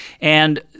And-